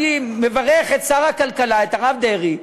אני מברך את שר הכלכלה, את הרב דרעי,